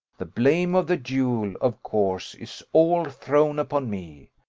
the blame of the duel, of course, is all thrown upon me.